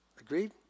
Agreed